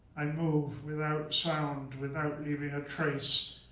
i move without sound, without leaving a trace,